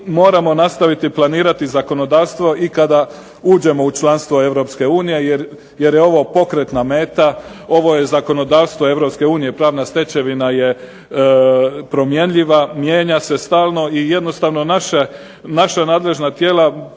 moramo nastaviti planirati zakonodavstvo i kada uđemo u članstvo Europske unije, jer je ovo pokretna meta, ovo je zakonodavstvo Europske unije, pravna stečevina je promjenjiva, mijenja se stalno i jednostavno naša nadležna tijela